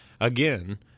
Again